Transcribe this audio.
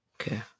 Okay